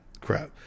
crap